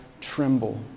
tremble